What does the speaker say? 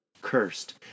Cursed